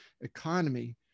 economy